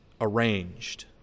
arranged